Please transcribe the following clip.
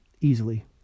easily